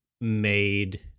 made